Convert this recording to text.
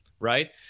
right